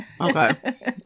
Okay